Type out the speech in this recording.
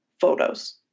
photos